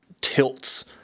tilts